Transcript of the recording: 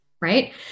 Right